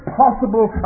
possible